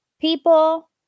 People